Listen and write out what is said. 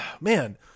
man